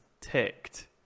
ticked